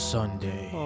Sunday